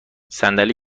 صندلی